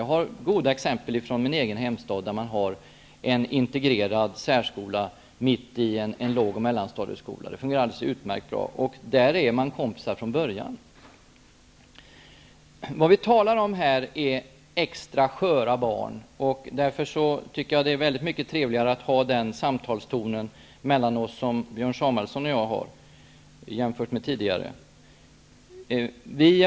Jag har goda exempel från min egen hemstad, där man har en integrerad särskola mitt i en låg och mellanstadieskola. Det fungerar alldeles utmärkt. Där är barnen kompisar från början. Det vi talar om här är extra sköra barn. Därför tycker jag att det är mycket trevligare att ha den samtalston mellan oss som Björn Samuelson och jag har, jämfört med den som förekom tidigare.